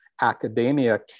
academia